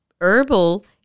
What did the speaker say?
herbal